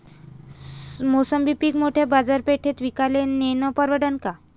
मोसंबी पीक मोठ्या बाजारपेठेत विकाले नेनं परवडन का?